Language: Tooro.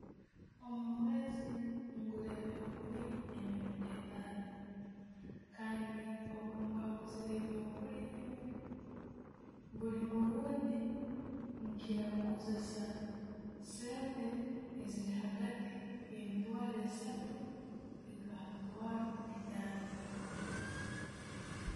Omumwezi ngula ebyo'kulya emirundi ettano kandi obumba nguziire ebyo kulya ebi, buli murundi, nkiira kukozesa sente ezili hagatti ye mitwaro esaatu kwika'ha emitwaro ettano.